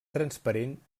transparent